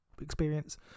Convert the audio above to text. experience